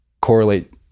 correlate